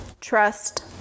trust